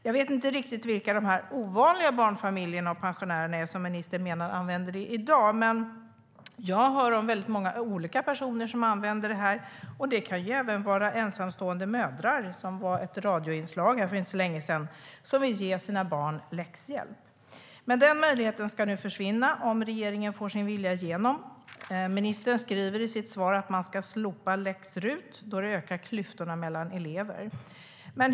Jag vet inte riktigt vilka de ovanliga barnfamiljerna och pensionärerna är som ministern menar använder RUT-avdraget i dag, men jag hör om många olika personer som använder det. Det kan även gälla ensamstående mödrar som vill ge sina barn läxhjälp, vilket beskrevs i ett radioinslag för inte så länge sedan. Den möjligheten ska nu försvinna, om regeringen får sin vilja igenom. Ministern säger i sitt svar att man ska slopa läx-RUT då det ökar klyftorna mellan elever.